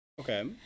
Okay